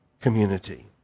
community